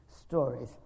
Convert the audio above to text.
stories